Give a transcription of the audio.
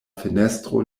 fenestro